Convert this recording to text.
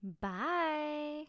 Bye